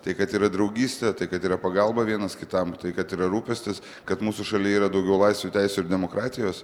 tai kad yra draugystė tai kad yra pagalba vienas kitam tai kad yra rūpestis kad mūsų šalyje yra daugiau laisvių teisių ir demokratijos